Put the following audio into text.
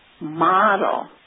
model